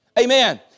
Amen